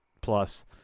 plus